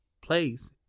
place